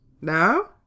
No